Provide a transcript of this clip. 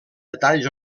detalls